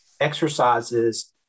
exercises